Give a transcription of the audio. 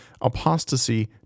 apostasy